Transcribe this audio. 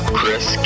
Chris